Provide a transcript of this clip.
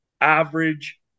average